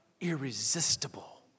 Irresistible